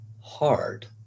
hard